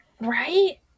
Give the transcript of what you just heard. Right